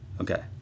Okay